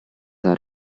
are